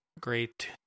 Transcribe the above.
great